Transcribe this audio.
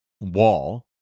wall